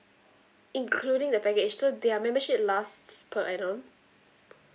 including the package so their membership lasts per annum